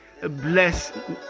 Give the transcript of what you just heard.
bless